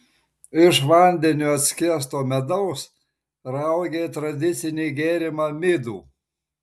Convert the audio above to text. iš vandeniu atskiesto medaus raugė tradicinį gėrimą midų